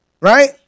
Right